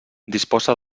disposa